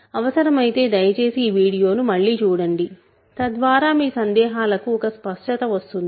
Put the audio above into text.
అవసరమైతే దయచేసి ఈ వీడియోను మళ్ళీ చూడండి తద్వారా మీ సందేహాలకు ఒక స్పష్టత వస్తుంది